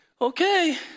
okay